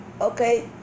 Okay